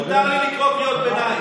מותר לי לקרוא קריאות ביניים.